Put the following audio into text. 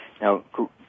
Now